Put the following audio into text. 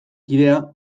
kidea